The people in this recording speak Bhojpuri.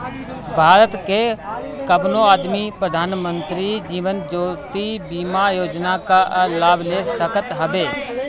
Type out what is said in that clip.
भारत के कवनो आदमी प्रधानमंत्री जीवन ज्योति बीमा योजना कअ लाभ ले सकत हवे